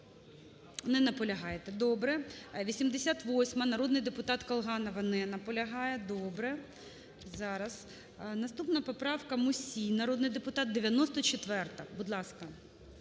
Не наполягаєте. Добре. 88-а, народний депутат Колганова. Не наполягає. Добре. Зараз наступна поправка. Мусій, народний депутат, 94-а. Будь ласка.